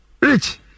Rich